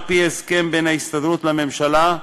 על-פי הסכם בין ההסתדרות לממשלה,